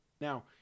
Now